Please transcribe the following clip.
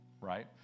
right